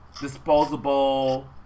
disposable